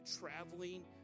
traveling